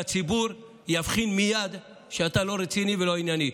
והציבור יבחין מייד שאתה לא רציני ולא ענייני.